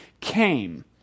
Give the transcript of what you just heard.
came